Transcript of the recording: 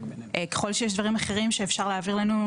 ככול שיש דברים אחרים שאפשר להעביר לנו,